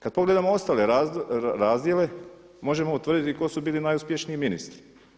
Kad pogledamo ostale razdjele možemo utvrditi tko su bili najuspješniji ministri.